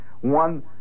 One